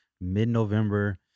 mid-November